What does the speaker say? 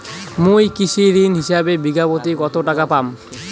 মুই কৃষি ঋণ হিসাবে বিঘা প্রতি কতো টাকা পাম?